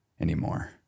anymore